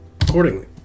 accordingly